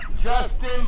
Justin